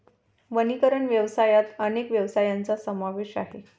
वनीकरण व्यवसायात अनेक व्यवसायांचा समावेश आहे